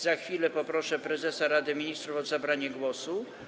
Za chwilę poproszę prezesa Rady Ministrów o zabranie głosu.